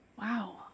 Wow